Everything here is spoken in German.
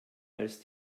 als